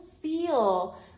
feel